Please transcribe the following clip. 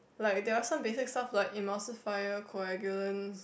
like there are some basic stuff is emulsifier coagulant